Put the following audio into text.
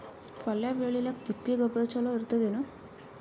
ಪಲ್ಯ ಬೇಳಿಲಿಕ್ಕೆ ತಿಪ್ಪಿ ಗೊಬ್ಬರ ಚಲೋ ಇರತದೇನು?